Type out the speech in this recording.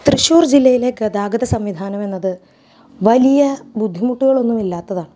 തൃശ്ശൂർ ജില്ലയിലെ ഗതാഗത സംവിധാനം എന്നത് വലിയ ബുദ്ധിമുട്ടുകളൊന്നും ഇല്ലാത്തതാണ്